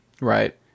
Right